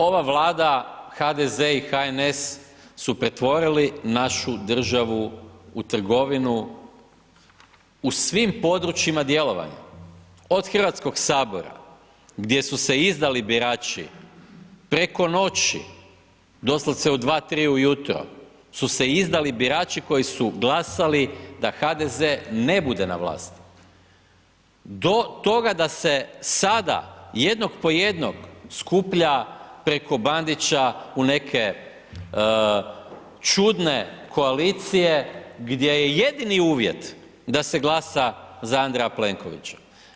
Ova Vlada HDZ i HNS su pretvorili našu državu u trgovinu u svim područjima djelovanja, od Hrvatskog sabora gdje su se izdali birači preko noći doslovce u 2, 3 ujutro, su se izdali birači koji su glasali da HDZ ne bude na vlasti, do toga da se sada jednog po jednog skuplja preko Bandića u neke čudne koalicije gdje je jedini uvjet da se glasa za Andreja Plenkovića.